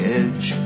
edge